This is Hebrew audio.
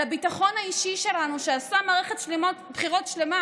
על הביטחון האישי שלנו, שעשה מערכת בחירות שלמה